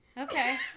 Okay